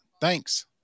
Thanks